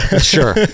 Sure